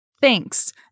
Thanks